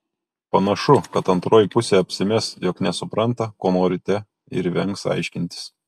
panašu kad antroji pusė apsimes jog nesupranta ko norite ir vengs aiškintis